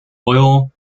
oil